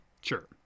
Sure